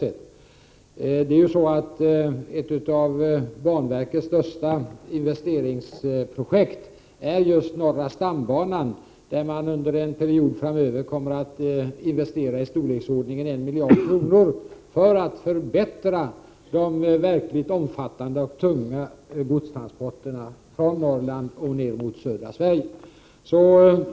Ett av banverkets största investeringsprojekt är nämligen norra stambanan, där man under en period framöver kommer att investera i storleksordningen 1 miljard kronor för att förbättra de verkligt omfattande och tunga godstransporterna från Norrland ner mot södra Sverige.